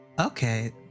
okay